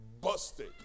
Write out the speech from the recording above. busted